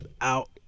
out